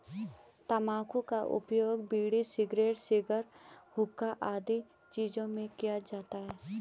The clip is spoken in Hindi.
तंबाकू का उपयोग बीड़ी, सिगरेट, शिगार, हुक्का आदि चीजों में किया जाता है